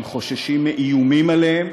הם חוששים מאיומים עליהם,